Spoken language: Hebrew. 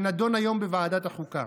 שנדון היום בוועדת החוקה.